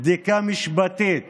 בדיקה משפטית